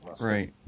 right